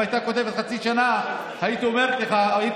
אם הייתה כותבת, הייתי אומר לך.